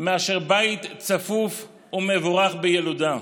מאשר בית צפוף ומבורך בילודה.